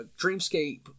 Dreamscape